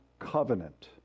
covenant